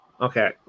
Okay